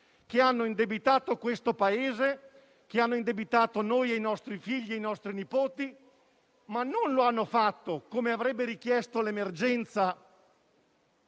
che hanno indebitato questo Paese, hanno indebitato noi, i nostri figli e i nostri nipoti. Ma non lo avete fatto, come avrebbe richiesto l'emergenza,